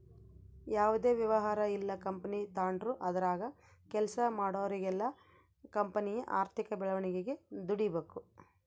ಯಾವುದೇ ವ್ಯವಹಾರ ಇಲ್ಲ ಕಂಪನಿ ತಾಂಡ್ರು ಅದರಾಗ ಕೆಲ್ಸ ಮಾಡೋರೆಲ್ಲ ಕಂಪನಿಯ ಆರ್ಥಿಕ ಬೆಳವಣಿಗೆಗೆ ದುಡಿಬಕು